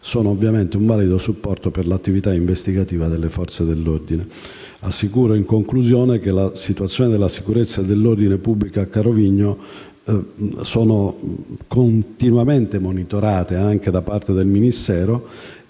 sono ovviamente un valido supporto per l'attività investigativa delle Forze dell'ordine. Assicuro, in conclusione, che la situazione della sicurezza e dell'ordine pubblico a Carovigno è continuamente monitorata anche da parte del Ministero